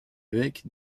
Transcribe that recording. évêque